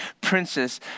princess